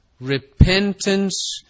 repentance